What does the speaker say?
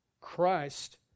Christ